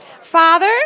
father